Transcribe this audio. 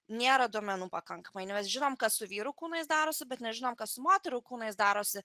nėra duomenų pakankamai mes žinom kad su vyrų kūnais darosi bet nežinom kas moterų kūnais darosi